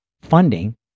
funding